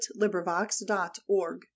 Librivox.org